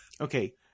Okay